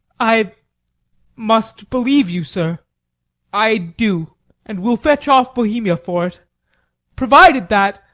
i must believe you, sir i do and will fetch off bohemia for't provided that,